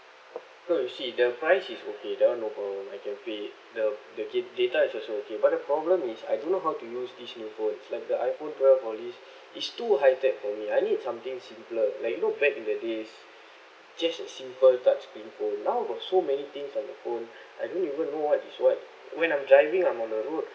no you see the price is okay that [one] no problem I can pay it the the data is also okay but the problem is I don't know how to use this new phone like the iphone twelve all this it's too high tech for me I need something simpler like you know back in the days just a simple touch handphone now got so many things on the phone I don't even know what is what when I'm driving I'm on the road